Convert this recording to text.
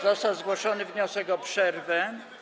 Został zgłoszony wniosek o przerwę.